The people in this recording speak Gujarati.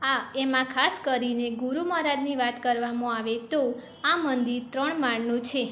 આ એમાં ખાસ કરીને ગુરુ મહારાજની વાત કરવામાં આવે તો આ મંદિર ત્રણ માળનું છે